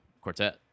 quartet